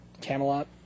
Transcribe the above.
Camelot